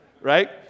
right